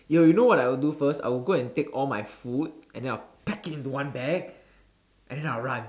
yo you know what I will do first I will go and take all my food and then I will pack it into one bag and then I will run